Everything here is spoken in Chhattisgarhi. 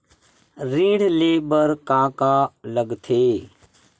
ऋण ले बर का का लगथे?